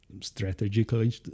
Strategically